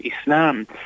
islam